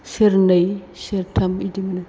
सेरनै सेरथाम बेदि मोनो